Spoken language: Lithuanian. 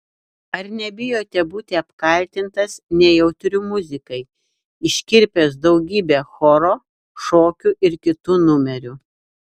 ar nebijote būti apkaltintas nejautriu muzikai iškirpęs daugybę choro šokio ir kitų numerių